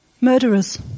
murderers